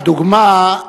הדוגמה,